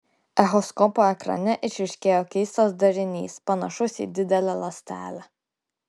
echoskopo ekrane išryškėjo keistas darinys panašus į didelę ląstelę